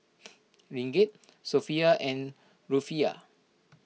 Ringgit Sophia and Rufiyaa